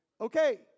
Okay